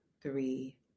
three